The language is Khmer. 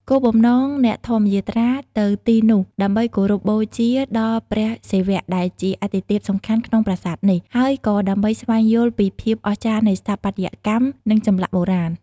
គោលបំណង អ្នកធម្មយាត្រាទៅទីនោះដើម្បីគោរពបូជាដល់ព្រះសិវៈ ដែលជាអាទិទេពសំខាន់ក្នុងប្រាសាទនេះ ហើយក៏ដើម្បីស្វែងយល់ពីភាពអស្ចារ្យនៃស្ថាបត្យកម្ម និងចម្លាក់បុរាណ។